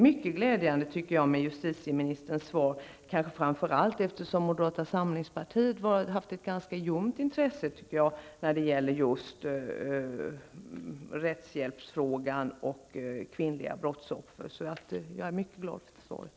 Justitieministerns svar är mycket glädjande, kanske framför allt därför att moderata samlingspartiet haft ett ganska ljumt intresse för frågan om rättshjälp till kvinnliga brottsoffer. Jag är alltså mycket glad för svaret.